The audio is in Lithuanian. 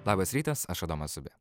labas rytas aš adomas zubė